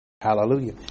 Hallelujah